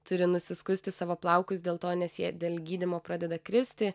turi nusiskusti savo plaukus dėl to nes jie dėl gydymo pradeda kristi